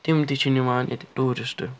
تِم تہِ چھِ نِوان ییٚتہِ ٹیٛوٗرِسٹہٕ